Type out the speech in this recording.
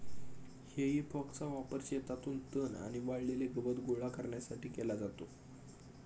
हेई फॉकचा वापर शेतातून तण आणि वाळलेले गवत गोळा करण्यासाठी केला जातो